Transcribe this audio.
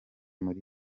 muri